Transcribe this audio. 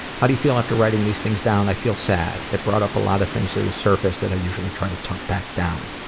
how do you feel after writing these things down? i feel sad, it brought up a lot of things to the surface that i usually try to tuck back down.